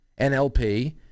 NLP